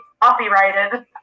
copyrighted